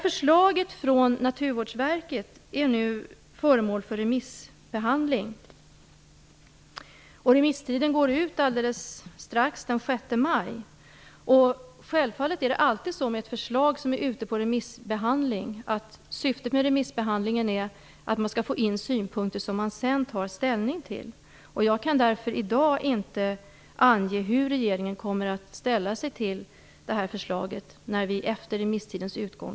Förslaget från Naturvårdsverket är nu föremål för remissbehandling. Remisstiden går snart ut - den 6 maj. Syftet med remissbehandling av ett förslag är självfallet alltid att få in synpunkter som man sedan kan ta ställning till. Jag kan därför i dag inte ange hur regeringen kommer att ställa sig till detta förslag när det ses igenom efter remisstidens utgång.